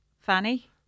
fanny